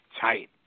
tight